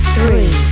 Three